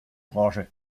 branche